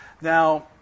Now